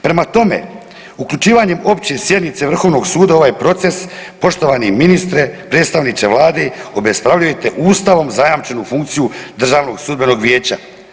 Prema tome, uključivanje opće sjednice Vrhovnog suda u ovaj proces poštovani ministre, predstavniče Vlade obespravljujete Ustavom zajamčenu funkciju Državnog sudbenog vijeća.